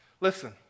Listen